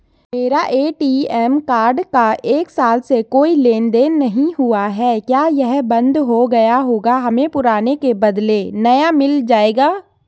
मेरा ATM card का एक साल से कोई लेन देन नहीं हुआ है क्या यह बन्द हो गया होगा हमें पुराने के बदलें नया मिल जाएगा?